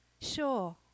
sure